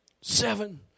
Seven